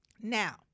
Now